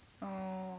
uh